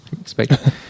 expect